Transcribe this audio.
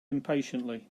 impatiently